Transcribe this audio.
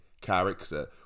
character